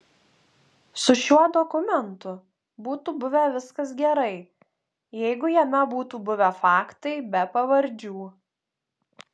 su šiuo dokumentu būtų buvę viskas gerai jeigu jame būtų buvę faktai be pavardžių